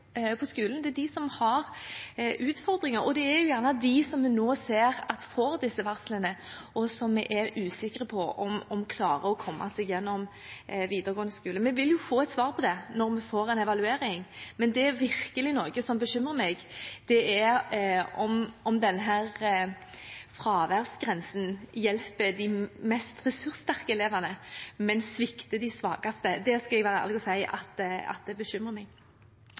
på skolen. Det er de som har utfordringer, og det er gjerne dem vi nå ser får disse varslene, og som vi er usikre på om klarer å komme seg igjennom videregående skole. Vi vil få et svar på det når vi får en evaluering, men det som virkelig er noe som bekymrer meg, er om denne fraværsgrensen hjelper de mest ressurssterke elevene, men svikter de svakeste. Det skal jeg være ærlig og si at bekymrer meg. Når det